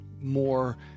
more